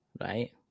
right